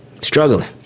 Struggling